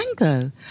mango